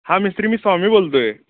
हा मिस्त्री मी स्वामी बोलतो आहे